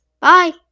Bye